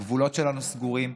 הגבולות שלנו סגורים,